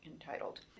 entitled